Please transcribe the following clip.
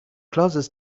clothes